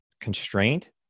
constraint